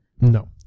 No